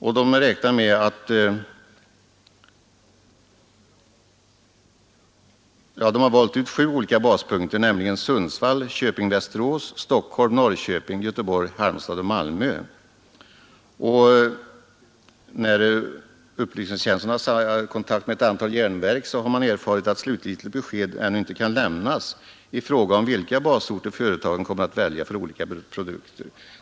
Man har för denna verksamhet valt sju olika basorter, nämligen Sundsvall, Köping/Västerås, Stockholm, Norrköping, Göteborg, Halmstad och Malmö. När upplysningstjänsten haft kontakt med ett antal järnverk har man erfarit att slutgiltigt besked ännu inte kan lämnas i fråga om vilka basorter företagen kommer att välja för olika produkter.